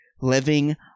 Living